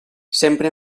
sempre